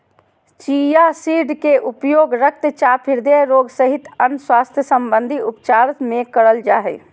chia seeds के उपयोग रक्तचाप, हृदय रोग सहित अन्य स्वास्थ्य संबंधित उपचार मे करल जा हय